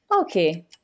Okay